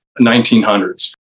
1900s